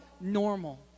normal